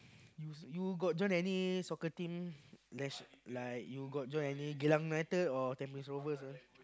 you you got join any soccer team like like you got join any Geylang-United or Tampines-Rovers ah